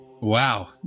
Wow